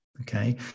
okay